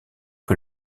que